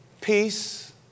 peace